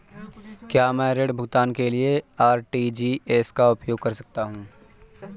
क्या मैं ऋण भुगतान के लिए आर.टी.जी.एस का उपयोग कर सकता हूँ?